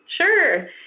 Sure